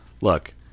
look